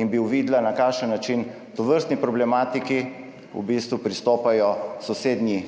in bi uvidela na kakšen način tovrstni problematiki v bistvu pristopajo sosednja